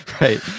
right